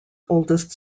oldest